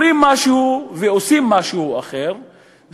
אומרים משהו ועושים משהו אחר,